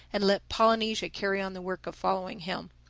and let polynesia carry on the work of following him.